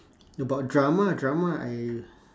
about drama drama I